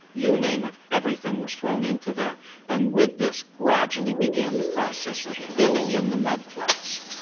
you name it, everything was thrown into that and with this, gradually began the process of filling in the mudflats.